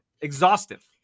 exhaustive